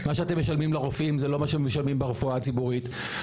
מה שאתם משלמים לרופאים זה לא מה שמשלמים ברפואה הציבורית.